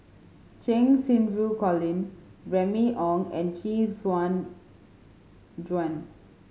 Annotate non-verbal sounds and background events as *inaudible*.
Cheng Xinru Colin Remy Ong and Chee *unintelligible* Juan